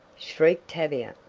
shrieked tavia.